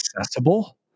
accessible